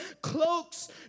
Cloaks